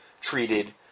treated